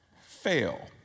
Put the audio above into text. fail